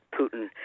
Putin